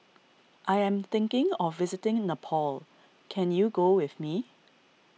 I am thinking of visiting Nepal can you go with me